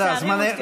לצערי הותקפו.